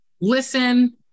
listen